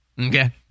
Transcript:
Okay